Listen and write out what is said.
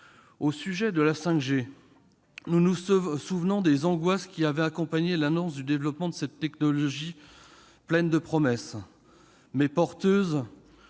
du bicamérisme. Nous nous souvenons des angoisses qui avaient accompagné l'annonce du développement de la 5G, technologie pleine de promesses, mais aussi